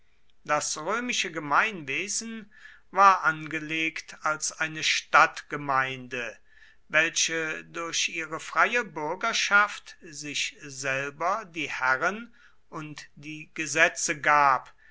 das römische gemeinwesen war angelegt als eine stadtgemeinde welche durch ihre freie bürgerschaft sich selber die herren und die gesetze gab